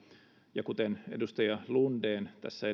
ja kuten edustaja lunden tässä